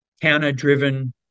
counter-driven